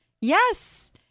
Yes